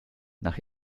nach